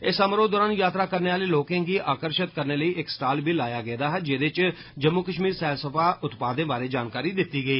इस समारोह दौरान यात्रा करने आहले लोकें गी आकर्शित करने लेई इक स्टाल बी लाया गेदा हा जेदे इच जम्मू कष्मीर सैलसफा उत्पादें बारै जानकारी दिती गेई